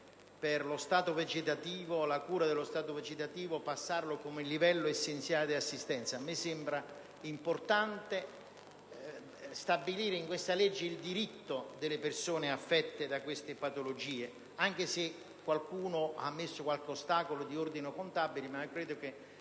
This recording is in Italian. la cura dello stato vegetativo come livello essenziale di assistenza. A me sembra importante stabilire in questo disegno di legge il diritto delle persone affette da queste patologie; anche se qualcuno ha posto degli ostacoli di ordine contabile, credo che